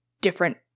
different